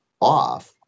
off